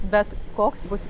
bet koks bus